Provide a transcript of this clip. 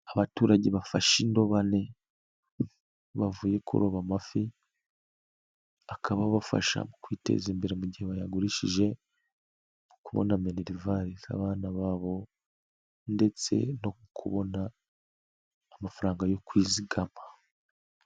Abaturage bafashe indobani bavuye kuroba amafi, akaba abafasha mu kwiteza imbere mu gihe bayagurishije, mu kubona menerivari z'abana babo ndetse no kubona amafaranga yo kwizigama.